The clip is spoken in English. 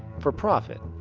for profit.